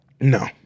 No